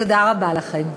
תודה רבה לכם.